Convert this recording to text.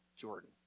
Jordan